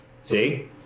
See